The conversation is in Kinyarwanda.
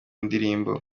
ndirimbo